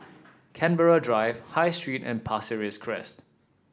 Canberra Drive High Street and Pasir Ris Crest